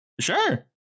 sure